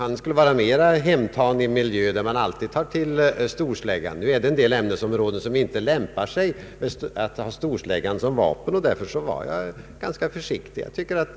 och skulle vara mer hemtam i en miljö där man alltid tar till storsläggan. Det finns emellertid en del ämnesområden där det inte lämpar sig att ha storsläggan som vapen. Därför uttryckte jag mig ganska försiktigt.